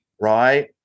Right